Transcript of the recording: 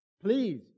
Please